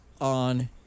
on